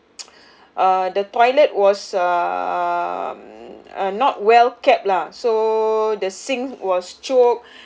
uh the toilet was um uh not well kept lah so the sink was choked